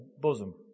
bosom